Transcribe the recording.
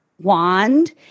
wand